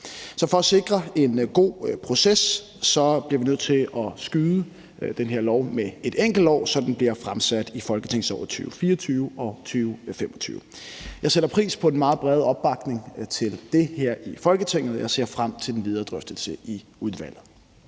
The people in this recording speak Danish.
Så for at sikre en god proces bliver vi nødt til at udskyde det her lovforslag med et enkelt år, så det bliver fremsat i folketingsåret 2024-25. Jeg sætter pris på den meget brede opbakning til det her i Folketinget, og jeg ser frem til den videre drøftelse i udvalget.